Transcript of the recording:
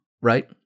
right